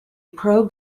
pro